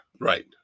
right